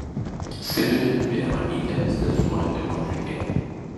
sibire mirė mamytė sesuo ir močiutė